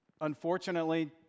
unfortunately